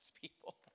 people